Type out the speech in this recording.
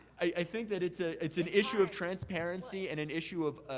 i think that it's ah it's an issue of transparency and an issue of,